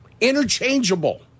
interchangeable